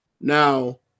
now